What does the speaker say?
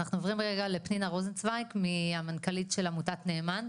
אנחנו עוברים רגע לפנינה רוזנצווייג המנכל"ית של אגודת נאמן.